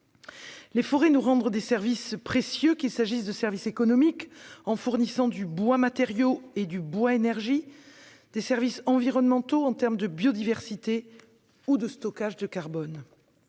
les forêts nous rendent des services précieux, qu'ils soient économiques, en fournissant du bois-matériaux et du bois-énergie, ou environnementaux, en termes de biodiversité ou de stockage de carbone.